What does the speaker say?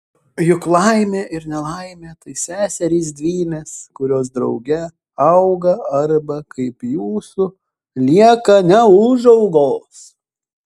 juk laimė ir nelaimė tai seserys dvynės kurios drauge auga arba kaip jūsų lieka neūžaugos